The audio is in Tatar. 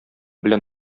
белән